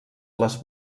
les